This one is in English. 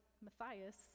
Matthias